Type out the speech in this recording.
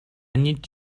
need